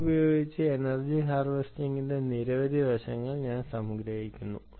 ഇതുപയോഗിച്ച് എനർജിഹാർവെസ്റ്റിംഗിന്റെ നിരവധി വശങ്ങൾ ഞങ്ങൾ സംഗ്രഹിക്കുന്നു